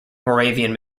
moravian